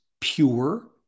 pure